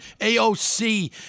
AOC